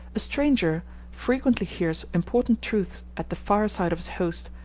a stranger frequently hears important truths at the fire-side of his host,